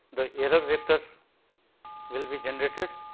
the error vector will be generated